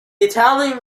italian